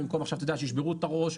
במקום שישברו את הראש,